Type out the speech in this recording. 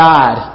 God